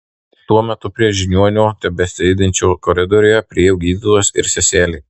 tuo metu prie žiniuonio tebesėdinčio koridoriuje priėjo gydytojas ir seselė